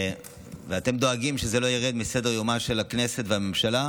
ואתם דואגים שזה לא ירד מסדר-יומה של הכנסת והממשלה,